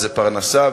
וזה פרנסה,